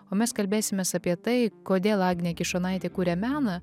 o mes kalbėsimės apie tai kodėl agnė kišonaitė kuria meną